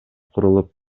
курулуп